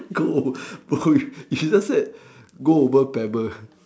go over she just said go over paper